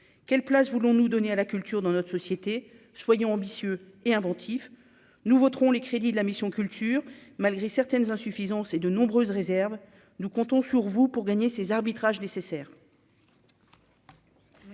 quelle place voulons-nous donner à la culture dans notre société, soyons ambitieux et inventif, nous voterons les crédits de la mission Culture malgré certaines insuffisances et de nombreuses réserves, nous comptons sur vous pour gagner ses arbitrages nécessaires.